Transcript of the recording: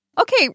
Okay